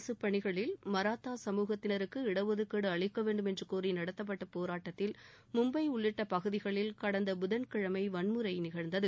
அரசுப்பணிகளில் மராத்தா சமூகத்தினருக்கு இடஒதுக்கீடு அளிக்க வேண்டும் என்று கோரி நடத்தப்பட்ட போராட்டத்தில் மும்பை உள்ளிட்ட பகுதிகளில் கடந்த புதன்கிழமை வன்முறை நிகழ்ந்தது